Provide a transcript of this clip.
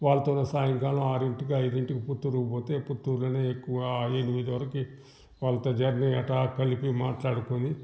వాళ్ళతోనే ఆయంకాలం ఆరింటికి ఐదింటికి పుత్తూరుకి పోతే పుత్తూరులోనే ఎక్కువ ఎనిమిది వరకి వాళ్ళతో జర్నీ అట్టా కలిపి మాట్లాడుకొని